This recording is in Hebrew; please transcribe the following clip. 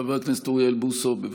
חבר הכנסת אוריאל בוסו, בבקשה.